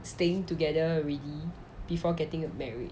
staying together already before getting married